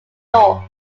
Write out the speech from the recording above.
north